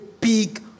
big